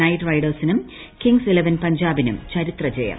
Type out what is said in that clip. night റൈഡേഴ്സിനും Kings Eleven പഞ്ചാബിനും ചരിത്ര ജയം